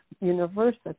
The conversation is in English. University